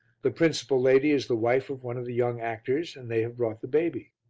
the principal lady is the wife of one of the young actors and they have brought the baby.